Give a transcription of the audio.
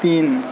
তিন